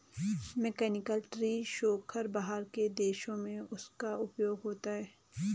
mechanical tree shaker बाहर के देशों में उसका उपयोग होता है